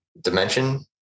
dimension